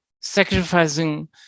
sacrificing